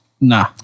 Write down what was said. Nah